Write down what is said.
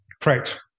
Correct